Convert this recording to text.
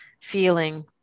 feeling